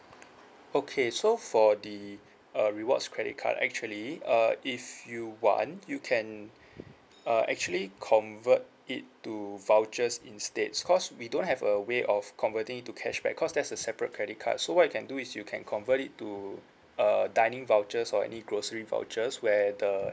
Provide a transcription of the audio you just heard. okay so for the uh rewards credit card actually uh if you want you can uh actually convert it to vouchers instead cause we don't have a way of converting it to cashback cause that's a separate credit card so what you can do is you can convert it to uh dining vouchers or any grocery vouchers where the